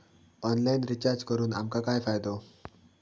Online recharge करून आमका काय फायदो?